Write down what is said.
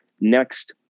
next